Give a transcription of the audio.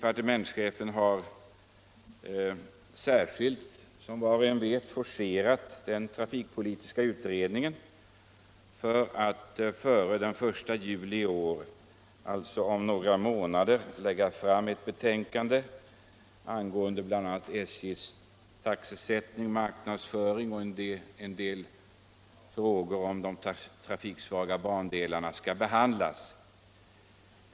Som alla vet har departementschefen forcerat trafikpolitiska utredning en för att den om några månader, närmare bestämt den 1 juli, skall kunna lägga fram ett betänkande om bl.a. SJ:s taxesättning och marknadsföring samt en del frågor om hur de trafiksvaga bandelarna skall behandlas.